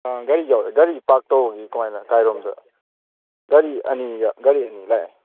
ꯑꯪ ꯒꯥꯔꯤ ꯌꯥꯎꯔꯛꯑꯦ ꯒꯥꯔꯤ ꯄꯥꯔꯛ ꯇꯧꯕꯝꯒꯤ ꯀꯃꯥꯏꯅ ꯀꯥꯏꯔꯣꯝꯗ ꯒꯥꯔꯤ ꯑꯅꯤꯒ ꯒꯥꯔꯤ ꯑꯅꯤ ꯂꯥꯛꯑꯦ